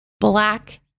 black